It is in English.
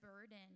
burden